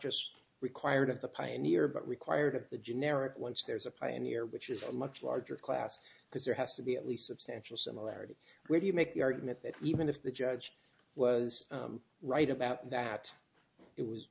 just required of the pioneer but required of the generic once there's a pioneer which is a much larger class because there has to be at least substantial similarity where you make the argument that even if the judge was right about that it was